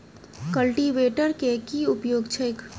Cultivator केँ की उपयोग छैक?